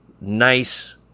nice